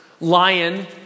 lion